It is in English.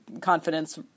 confidence